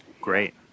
Great